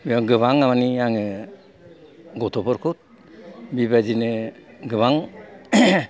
गोबां मानि आङो गथ'फोरखौ बेबायदिनो गोबां